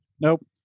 Nope